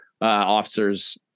officers